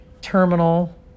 terminal